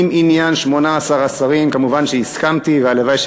לעניין 18 השרים כמובן שהסכמתי,